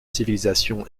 civilisation